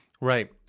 Right